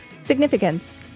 Significance